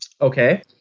Okay